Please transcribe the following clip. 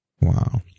Wow